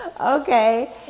okay